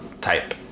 type